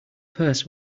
purse